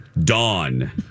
Dawn